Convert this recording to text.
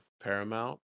Paramount